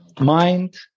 mind